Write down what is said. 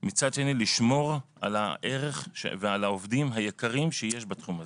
מצד שני לשמור על הערך ועל העובדים היקרים שיש בתחום הזה.